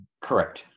Correct